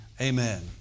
amen